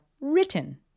written